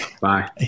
Bye